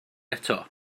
eto